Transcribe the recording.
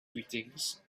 greetings